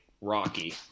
rocky